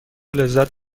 لذت